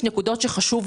יש לכם הערכה, משהו?